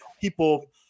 people